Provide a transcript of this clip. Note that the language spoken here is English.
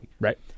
Right